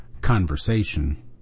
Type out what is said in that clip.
conversation